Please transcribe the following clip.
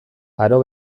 aro